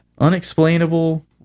Unexplainable